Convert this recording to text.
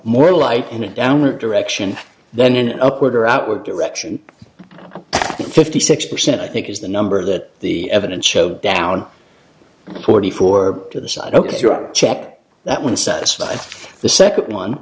more light in a downward direction then an upward or outward direction fifty six percent i think is the number that the evidence showed down forty four to the side ok check that one satisfied the second one